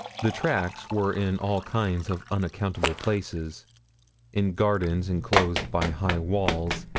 the tracks were in all kinds of unaccountable places in gardens enclosed by high walls,